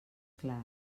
clars